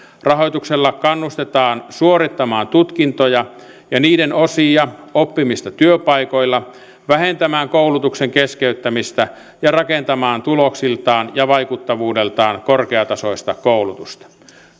rahoituksella kannustetaan suorittamaan tutkintoja ja niiden osia oppimista työpaikoilla vähentämään koulutuksen keskeyttämistä ja rakentamaan tuloksiltaan ja vaikuttavuudeltaan korkeatasoista koulutusta